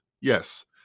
Yes